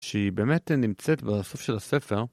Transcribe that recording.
שהיא באמת נמצאת בסוף של הספר